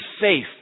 safe